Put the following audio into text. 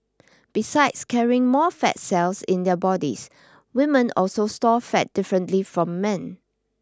besides carrying more fat cells in their bodies women also store fat differently from men